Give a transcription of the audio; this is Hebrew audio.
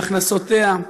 מהכנסותיה,